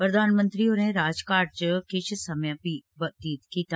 प्रधानमंत्री होरें राजघाट च किश समे बी व्यतीत कीता